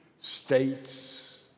states